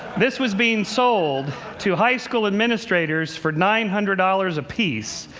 this was being sold to high-school administrators for nine hundred dollars apiece.